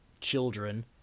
children